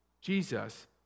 Jesus